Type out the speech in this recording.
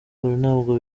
ntabwo